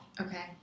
Okay